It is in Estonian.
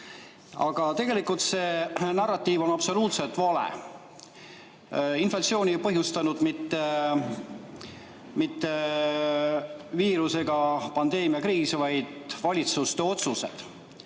aga tegelikult see narratiiv on absoluutselt vale. Inflatsiooni ei põhjustanud mitte viirus ega pandeemiakriis, vaid valitsuste otsused.